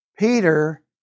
Peter